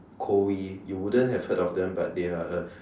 kowei you wouldn't have heard of them but they are a